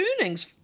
earnings